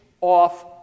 off